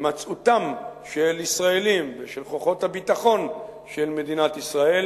הימצאותם של ישראלים ושל כוחות הביטחון של מדינת ישראל